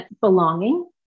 belonging